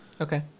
Okay